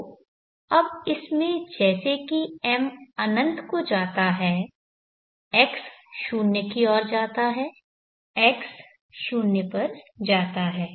तो अब इस में जैसा कि m अनंत को जाता है x 0 की ओर जाता है x शून्य पर जाता है